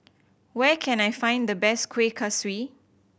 where can I find the best Kuih Kaswi